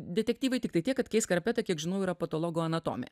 detektyvai tiktai tiek kad keis karpeta kiek žinau yra patologanatomė